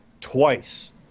twice